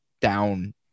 down